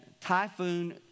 Typhoon